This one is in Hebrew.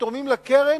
שתורמים לקרן,